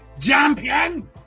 champion